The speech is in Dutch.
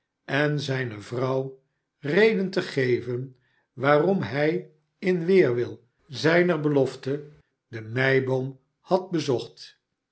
en zijne yrouw reden te geven waarom hij in weerwil zijner belofte de meiboom had bezocht